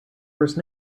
first